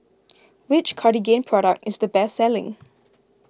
which Cartigain product is the best selling